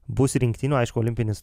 bus rinktinių aišku olimpinis